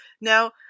Now